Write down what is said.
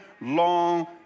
long